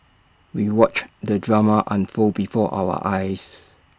we watched the drama unfold before our eyes